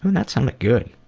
that sounded good.